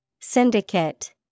Syndicate